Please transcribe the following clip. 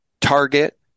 Target